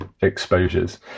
exposures